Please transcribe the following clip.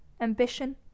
ambition